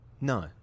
No